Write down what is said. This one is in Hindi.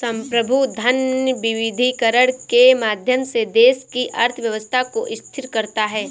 संप्रभु धन विविधीकरण के माध्यम से देश की अर्थव्यवस्था को स्थिर करता है